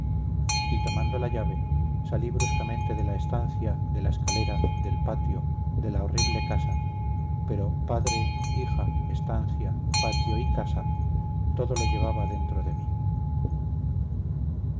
y tomando la llave salí bruscamente de la estancia de la escalera del patio de la horrible casa pero padre hija estancia patio y casa todo lo llevaba dentro de mí